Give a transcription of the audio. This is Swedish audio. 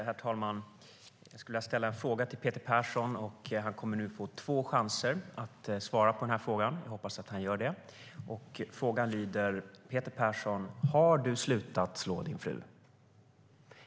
Herr talman! Jag skulle vilja ställa en fråga till Peter Persson, och han kommer nu att få två chanser att svara på den frågan. Jag hoppas att han gör det. Frågan lyder: Har du, Peter Persson, slutat slå din fru?